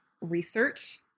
research